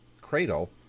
cradle